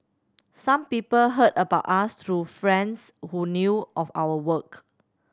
some people heard about us through friends who knew of our work